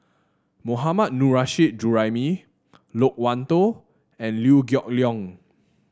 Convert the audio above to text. Mohammad Nurrasyid Juraimi Loke Wan Tho and Liew Geok Leong